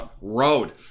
road